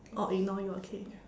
oh ignore you ah okay